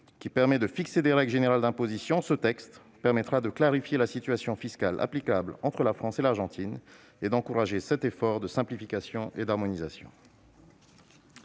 qui permet de fixer des règles générales d'imposition, ce texte clarifiera la situation fiscale applicable entre la France et l'Argentine et encouragera cet effort de simplification et d'harmonisation.